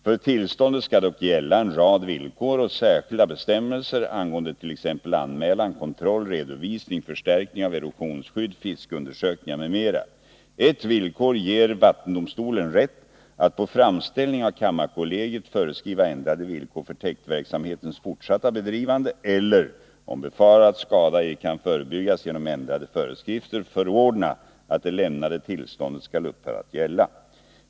För tillståndet skall dock gälla en rad villkor och särskilda bestämmelser angående t.ex. anmälan, kontroll, redovisning, förstärkning av erosionsskydd, fiskeundersökningar m.m. Ett villkor ger vattendomstolen rätt att på framställning av kammarkollegiet föreskriva ändrade villkor för täktverksamhetens fortsatta bedrivande eller, om befarad skada ej kan förebyggas genom ändrade föreskrifter, förordna att det lämnade tillståndet skall upphöra att gälla.